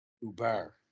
Uber